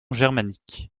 germanique